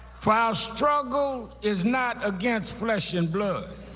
for our struggle is not against flesh and blood,